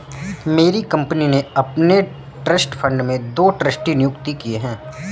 मेरी कंपनी ने अपने ट्रस्ट फण्ड में दो ट्रस्टी नियुक्त किये है